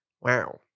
Wow